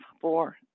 four